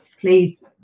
please